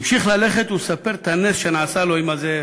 המשיך ללכת, ומספר את הנס שנעשה לו עם הזאב.